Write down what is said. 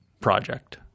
project